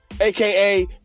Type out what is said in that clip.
aka